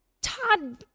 Todd